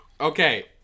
Okay